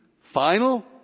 Final